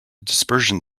dispersion